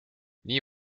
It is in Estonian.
nii